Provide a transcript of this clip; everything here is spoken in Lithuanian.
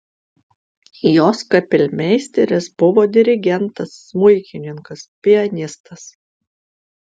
jos kapelmeisteris buvo dirigentas smuikininkas pianistas